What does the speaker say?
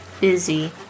busy